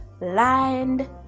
lined